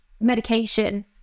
medication